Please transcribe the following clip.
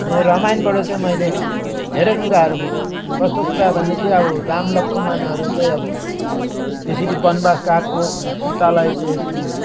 अनि रामायणबाट चाहिँ मैले धैरै कुराहरू बुझेँ कस्तो कुरा भनेदेखि अब राम लक्षुमानहरू चाहिँ अब यसरी बनवास गएको अनि सितालाई त्यसरी